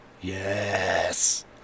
Yes